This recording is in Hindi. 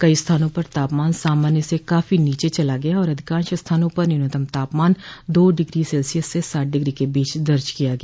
कई स्थानों पर तापमान सामान्य से काफी नीचे चला गया और अधिकांश स्थानों पर न्यूनतम तापमान दो डिग्री सेल्शियस से सात डिग्री के बीच दर्ज किया गया